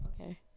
okay